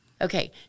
Okay